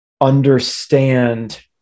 understand